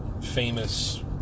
famous